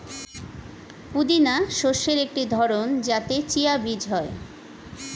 পুদিনা শস্যের একটি ধরন যাতে চিয়া বীজ হয়